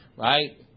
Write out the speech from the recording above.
Right